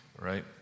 right